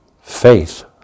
Faith